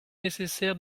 nécessaire